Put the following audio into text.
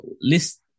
list